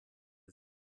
ist